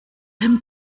him